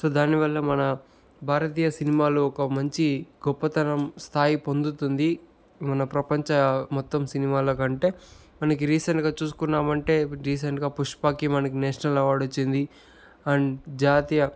so దానివల్ల మన భారతీయ సినిమాలో ఒక మంచి గొప్పతనం స్థాయి పొందుతుంది మన ప్రపంచ మొత్తం సినిమాల కంటే మనకి రీసెంట్గా చూసుకున్నామంటే రీసెంట్గా పుష్పాకి మనకి నేషనల్ అవార్డు వచ్చింది అండ్ జాతీయ